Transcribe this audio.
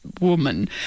woman